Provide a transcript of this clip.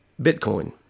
Bitcoin